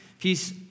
peace